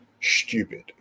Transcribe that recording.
stupid